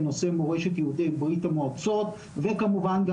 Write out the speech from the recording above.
בנושא מורשת יהודי ברית המועצות וכמובן גם